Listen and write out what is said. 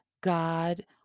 God